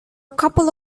couple